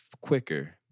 quicker